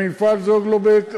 במפעל "זוגלובק",